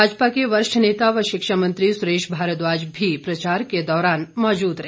भाजपा के वरिष्ठ नेता व शिक्षा मंत्री सुरेश भारद्वाज भी प्रचार के दौरान मौजूद रहे